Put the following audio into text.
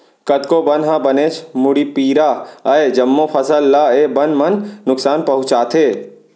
कतको बन ह बनेच मुड़पीरा अय, जम्मो फसल ल ए बन मन नुकसान पहुँचाथे